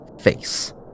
face